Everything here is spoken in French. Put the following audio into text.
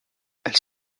elles